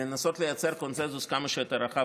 לנסות לייצר קונסנזוס כמה שיותר רחב